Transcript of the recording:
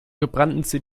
gebrannten